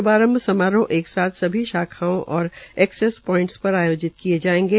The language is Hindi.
शुभारंभ समारोह एक साथ ही सभी शाखाओं ओर एस्सेस प्वाइंट पर आयोजित किये जायेंगे